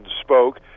spoke